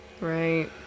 Right